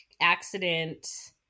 accident